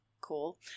cool